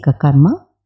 karma